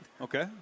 Okay